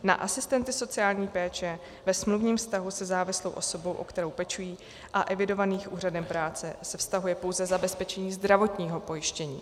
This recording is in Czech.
Na asistenty sociální péče ve smluvním vztahu se závislou osobou, o kterou pečují, a evidovaných úřadem práce se vztahuje pouze zabezpečení zdravotního pojištění.